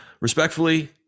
Respectfully